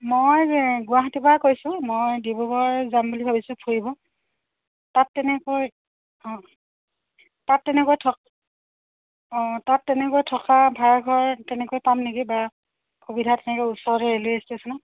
মই গুৱাহাটীৰ পৰা কৈছোঁ মই ডিব্ৰুগড় যাম বুলি ভাবিছোঁ ফুৰিব তাত তেনেকৈ অঁ তাত তেনেকৈ থকা অঁ তাত তেনেকৈ থকা ভাড়া ঘৰ তেনেকৈ পাম নেকি বা সুবিধা তেনেকৈ ওচৰ ৰেলৱে ষ্টেচনত